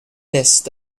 list